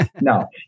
no